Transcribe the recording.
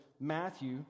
Matthew